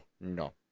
no